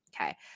Okay